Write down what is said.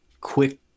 quick